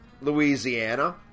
Louisiana